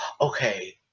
okay